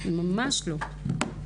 ממש לא.